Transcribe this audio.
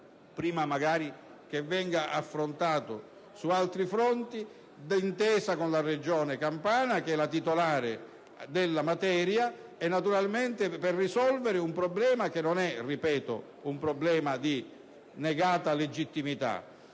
prima che venga affrontato su altri fronti, d'intesa con la Regione Campania, che è la titolare della materia, per risolvere un problema che non è, ripeto, di denegata legittimità,